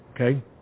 Okay